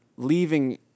Leaving